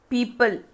People